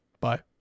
Bye